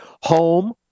home